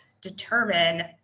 determine